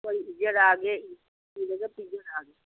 ꯍꯣꯏ ꯏꯖꯔꯛꯑꯒꯦ ꯏꯔꯒ ꯄꯤꯖꯔꯛꯑꯒꯦ